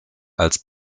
als